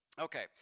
okay